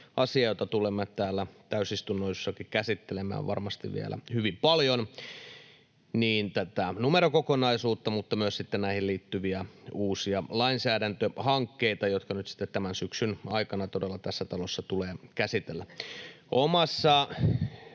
asia, jota tulemme täällä täysistunnoissakin käsittelemään varmasti vielä hyvin paljon, niin tätä numerokokonaisuutta kuin myös sitten näihin liittyviä uusia lainsäädäntöhankkeita, jotka nyt sitten todella tämän syksyn aikana tässä talossa tulee käsitellä.